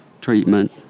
treatment